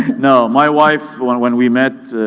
no, my wife, when when we met,